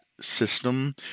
system